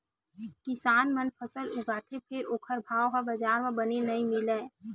किसान मन फसल उगाथे फेर ओखर भाव ह बजार म बने नइ मिलय